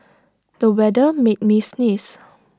the weather made me sneeze